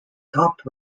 topped